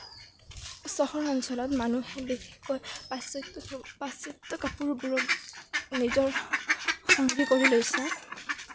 চহৰ অঞ্চলত মানুহে বিশেষকৈ প্ৰাশ্চাত্য প্ৰাশ্চাত্য কাপোৰবোৰক নিজৰ সংগী কৰি লৈছে